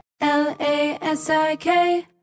L-A-S-I-K